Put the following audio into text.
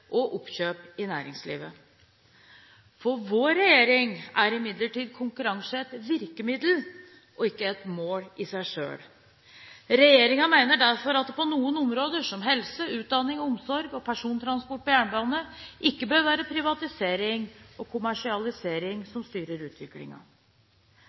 og oppkjøp i næringslivet. For vår regjering er imidlertid konkurranse et virkemiddel, og ikke et mål i seg selv. Regjeringen mener derfor at det på noen områder, som helse, utdanning, omsorg og persontransport på jernbane, ikke bør være privatisering og kommersialisering